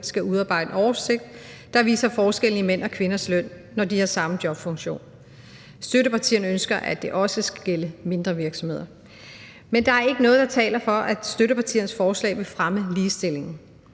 skal udarbejde en oversigt, der viser forskellen i mænd og kvinders løn, når de har samme jobfunktion. Støttepartierne ønsker, at det også skal gælde mindre virksomheder. Men der er ikke noget, der taler for, at støttepartiernes forslag vil fremme ligestillingen.